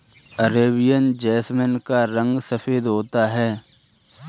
Arabian jasmine का रंग सफेद होता है